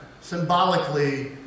Symbolically